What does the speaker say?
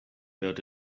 build